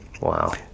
Wow